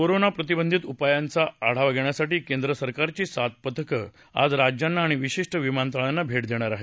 corona प्रतिबधंक उपायांचा आढावा घेण्यासाठी केंद्र सरकारची सात पथक आज राज्याना आणि विशिष्ट विमानतळांना भेट देणार आहेत